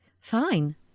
Fine